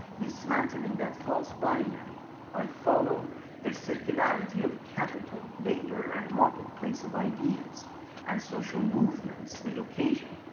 dismantling that false binary by follow the similarity of capital, labor and marketplace of ideas and social movements they occasion.